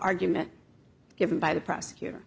argument given by the prosecutor